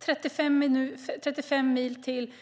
35 mil till